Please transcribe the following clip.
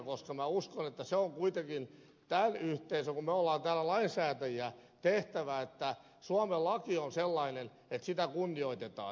minä uskon että se on kuitenkin tämän yhteisön kun me olemme täällä lainsäätäjiä tehtävä että suomen laki on sellainen että sitä kunnioitetaan